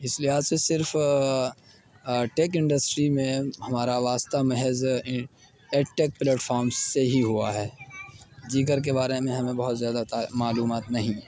اس لحاظ سے صرف ٹیک انڈسٹری میں ہمارا واسطہ محض ایڈ ٹیک فلیٹ فارم سے ہی ہوا ہے دیگر کے بارے میں ہمیں بہت زیادہ معلومات نہیں